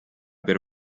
per